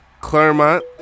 Claremont